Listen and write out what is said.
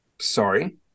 Sorry